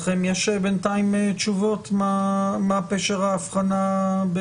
לכם יש בינתיים תשובות מה פשר ההבחנה?